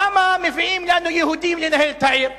למה מביאים לנו יהודים לנהל את העיר?